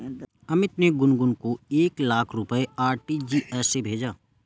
अमित ने गुनगुन को एक लाख रुपए आर.टी.जी.एस से भेजा